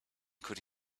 could